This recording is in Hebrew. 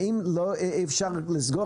האם אי אפשר לסגור,